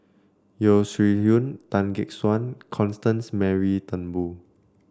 Yeo Shih Yun Tan Gek Suan Constance Mary Turnbull